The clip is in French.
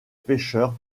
pêcheur